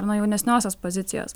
nuo jaunesniosios pozicijos